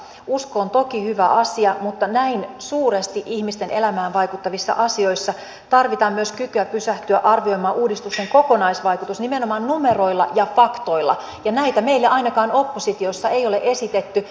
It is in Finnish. usko on toki hyvä asia mutta näin suuresti ihmisten elämään vaikuttavissa asioissa tarvitaan myös kykyä pysähtyä arvioimaan uudistusten kokonaisvaikutus nimenomaan numeroilla ja faktoilla ja näitä meille ainakaan oppositiossa ei ole esitetty